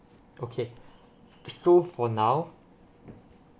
okay so for now